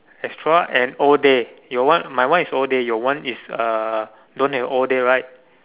extra and all day your one my one is all day your one is uh don't have all day right